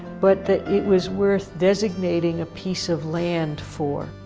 but that it was worth designating a piece of land for.